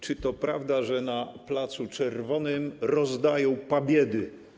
Czy to prawda, że na placu Czerwonym rozdają pobiedy?